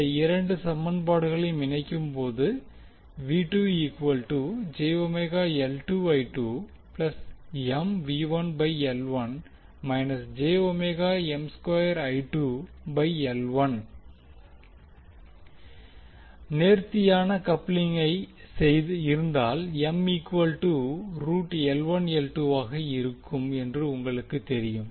இந்த இரண்டு சமன்பாடுகளையும் இணைக்கும்போது நேர்த்தியான கப்ளிங்காக இருந்தால் ஆக இருக்கும் என்று உங்களுக்கு தெரியும்